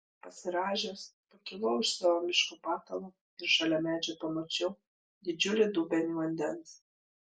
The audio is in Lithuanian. pasirąžęs pakilau iš savo miško patalo ir šalia medžio pamačiau didžiulį dubenį vandens